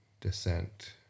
descent